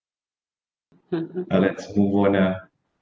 uh let's move on lah